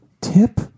tip